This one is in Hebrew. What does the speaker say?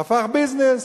זה הפך לביזנס.